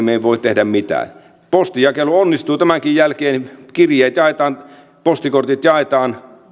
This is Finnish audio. me emme voi tehdä mitään postinjakelu onnistuu tämänkin jälkeen kirjeet jaetaan postikortit jaetaan